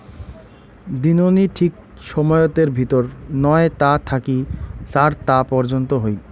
দিননি ঠিক সময়তের ভিতর নয় তা থাকি চার তা পর্যন্ত হই